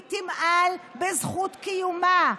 היא תמעל בזכות קיומה.